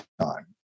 time